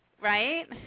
Right